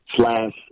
slash